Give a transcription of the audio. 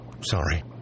sorry